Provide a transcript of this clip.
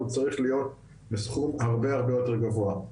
הוא צריך להיות בסכום הרבה הרבה יותר גבוה.